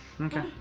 Okay